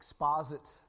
exposit